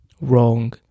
Wrong